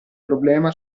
problema